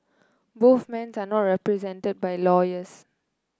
both men turn not represented by lawyers